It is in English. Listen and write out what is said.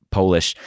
Polish